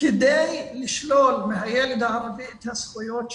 כדי לשלול מהילד הערבי את הזכויות שלו.